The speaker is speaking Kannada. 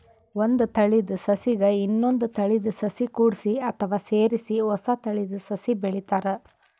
ಒಂದ್ ತಳೀದ ಸಸಿಗ್ ಇನ್ನೊಂದ್ ತಳೀದ ಸಸಿ ಕೂಡ್ಸಿ ಅಥವಾ ಸೇರಿಸಿ ಹೊಸ ತಳೀದ ಸಸಿ ಬೆಳಿತಾರ್